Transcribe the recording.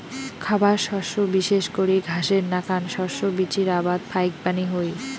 খাবার শস্য বিশেষ করি ঘাসের নাকান শস্য বীচির আবাদ ফাইকবানী হই